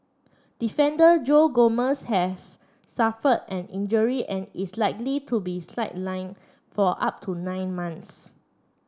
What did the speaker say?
defender Joe Gomez have suffered an injury and is likely to be sideline for up to nine months